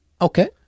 Okay